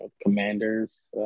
commanders